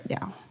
now